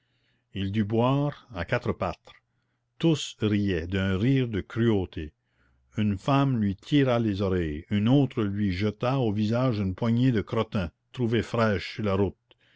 il dut boire à quatre pattes tous riaient d'un rire de cruauté une femme lui tira les oreilles une autre lui jeta au visage une poignée de crottin trouvée fraîche sur la route